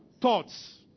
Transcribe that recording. thoughts